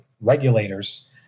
regulators